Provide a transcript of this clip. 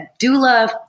doula